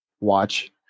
watch